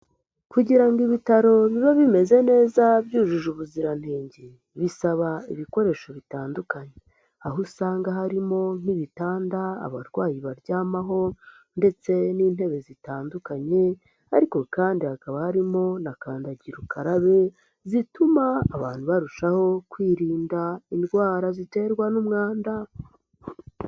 Kugira ngo ibitaro bibe bimeze neza byujuje ubuziranenge bisaba ibikoresho bitandukanye aho usanga harimo nk'ibitanda abarwayi baryamaho ndetse n'intebe zitandukanye ariko kandi hakaba harimo na kandagira ukarabe zituma abantu barushaho kwirinda indwara ziterwa n'umwanda.